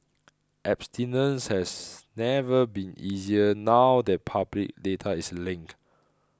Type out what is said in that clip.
abstinence has never been easier now that public data is linked